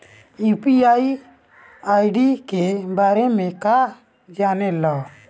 UPI ID के बारे में का जाने ल?